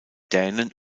dänen